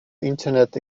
internet